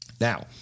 Now